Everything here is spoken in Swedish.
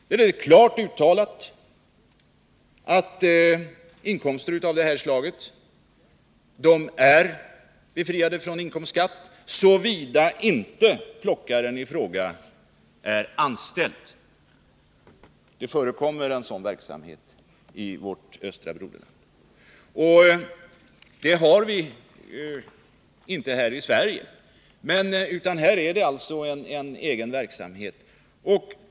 Där är det klart uttalat att inkomster av det här slaget är befriade från beskattning såvida inte plockaren i fråga är anställd. Det förekommer affärsverksamhet på det här området i vårt östra broderland, men något sådant har vi inte här i Sverige.